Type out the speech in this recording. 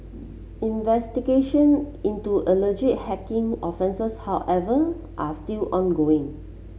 investigation into alleged hacking offences however are still ongoing